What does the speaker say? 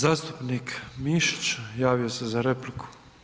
Zastupnik Mišić javio se za repliku.